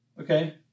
Okay